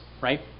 right